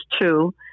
two